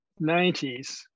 90s